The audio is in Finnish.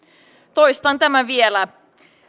toistan tämän vielä